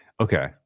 Okay